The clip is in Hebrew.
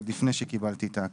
עוד לפני שקיבלתי הכרה.